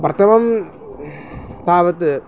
प्रथमं तावद्